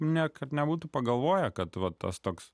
niekad nebūtų pagalvoję kad va tas toks